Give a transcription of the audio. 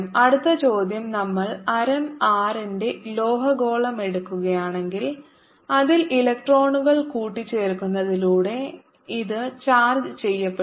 അടുത്ത ചോദ്യം നമ്മൾ ആരം R ന്റെ ഒരു ലോഹഗോളമെടുക്കുകയാണെങ്കിൽ അതിൽ ഇലക്ട്രോണുകൾ കൂട്ടിച്ചേർക്കുന്നതിലൂടെ ഇത് ചാർജ്ജ് ചെയ്യപ്പെടും